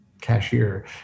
cashier